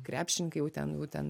krepšininkai jau ten jau ten